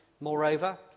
moreover